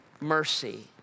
mercy